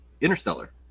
Interstellar